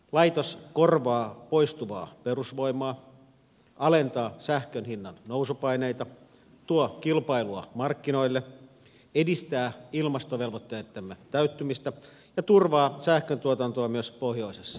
laitos korvaa poistuvaa perusvoimaa alentaa sähkön hinnan nousupaineita tuo kilpailua markkinoille edistää ilmastovelvoitteittemme täyttymistä ja turvaa sähköntuotantoa myös pohjoisessa suomessa